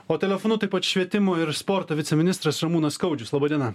o telefonu taip pat švietimo ir sporto viceministras ramūnas skaudžius laba diena